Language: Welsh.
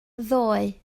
ddoe